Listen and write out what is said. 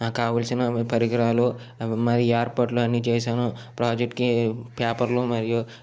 నాకు కావాల్సిన పరికరాలు అవి మరి ఏర్పాట్లు అన్ని చేశాను ప్రాజెక్ట్కి పేపర్లు మరియు